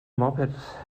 moped